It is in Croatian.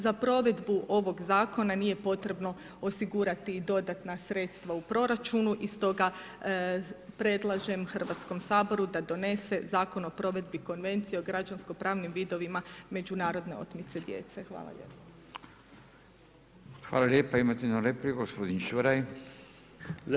Za provedbu ovog Zakona nije potrebno osigurati i dodatna sredstva u proračunu i stoga predlažem Hrvatskom saboru da donese Zakon o provedbi Konvencije o građansko pravnim vidovima međunarodne otmice djece.